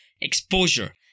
exposure